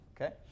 okay